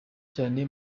cyane